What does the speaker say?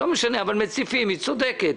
אבל, אורית צודקת.